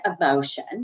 emotion